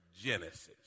Genesis